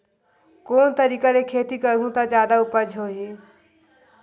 कोन तरीका ले खेती करहु त जादा उपज होही?